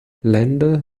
länder